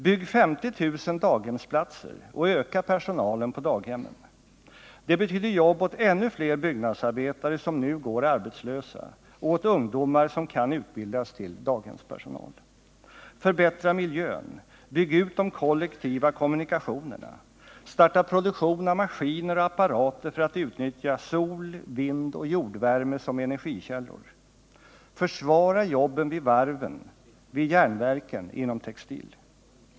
Bygg 50 000 daghemsplatser och öka personalen på daghemmen — det betyder jobb åt ännu fler byggnadsarbetare som nu går arbetslösa och åt ungdomar som kan utbildas till daghemspersonal! Förbättra miljön, bygg ut de kollektiva kommunikationerna, starta produktion av maskiner och apparater för att utnyttja sol, vind och jordvärme som energikällor, försvara jobben vid varven, vid järnverken, inom textil!